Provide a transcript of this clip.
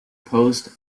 post